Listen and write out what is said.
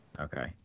Okay